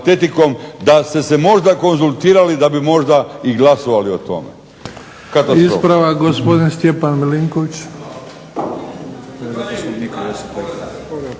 da ste se možda konzultirali da bi možda i glasovali o tome.